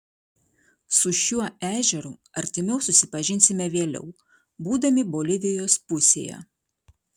su šiuo ežeru artimiau susipažinsime vėliau būdami bolivijos pusėje